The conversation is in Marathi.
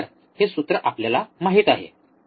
हे सूत्र आपल्याला माहित आहे